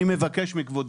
אני מבקש מכבודו,